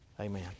Amen